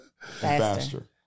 faster